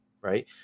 right